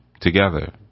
together